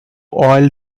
oil